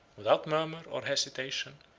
without murmur or hesitation,